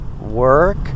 work